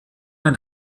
ein